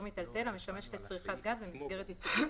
מיטלטל המשמש לצריכת גז במסגרת עיסוקו.